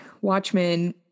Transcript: Watchmen